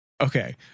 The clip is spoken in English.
okay